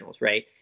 right